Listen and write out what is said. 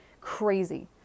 crazy